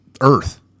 Earth